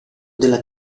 della